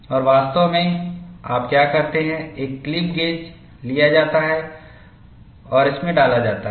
और वास्तव में आप क्या करते हैं एक क्लिप गेजलिया जाता है और इसमें डाला जाता है